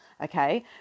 Okay